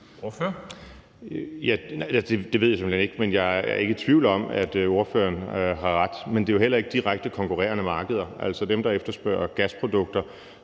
Det ved jeg simpelt hen ikke, men jeg er ikke i tvivl om, at ordføreren har ret. Men det er jo heller ikke direkte konkurrerende markeder. Altså, dem, der efterspørger gasprodukter,